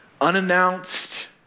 unannounced